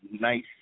nice